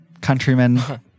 countrymen